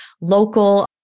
local